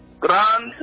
Grand